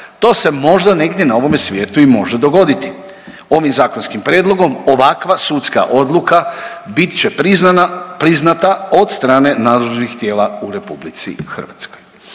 To se možda negdje na ovome svijetu i može dogoditi. Ovim zakonskim prijedlogom ovakva sudska odluka bit će priznata od strane nadležnih tijela u RH. Dakle